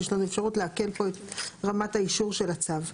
יש לנו אפשרות פה להקל את רמת האישור של הצו.